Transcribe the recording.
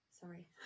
sorry